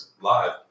live